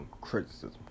Criticism